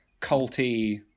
culty